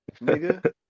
Nigga